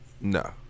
No